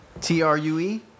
T-R-U-E